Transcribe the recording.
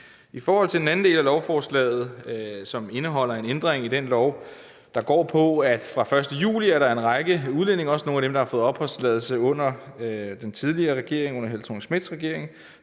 den del. Den anden del af lovforslaget indeholder en ændring i den lov, der går på, at fra den 1. juli er der en række udlændinge – også nogle af dem, der har fået opholdstilladelse under Helle Thorning-Schmidts regering